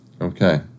Okay